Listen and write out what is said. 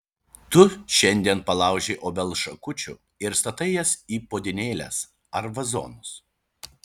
tu šiandien palaužei obels šakučių ir statai jas į puodynėles ar vazonus